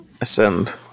Ascend